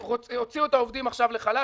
הוציאו את העובדים עכשיו לחל"ת.